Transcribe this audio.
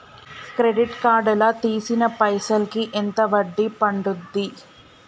Credit card లా తీసిన పైసల్ కి ఎంత వడ్డీ పండుద్ధి?